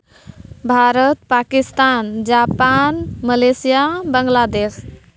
Bharat Pakistan Japan Malaysia Bangladesh